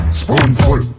spoonful